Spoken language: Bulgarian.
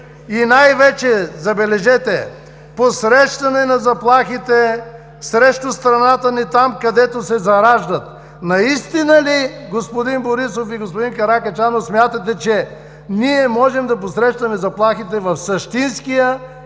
И най-вече, забележете, „посрещане на заплахите срещу страната ни там, където се зараждат“. Наистина ли, господин Борисов и господин Каракачанов, смятате, че ние можем да посрещаме заплахите в същинския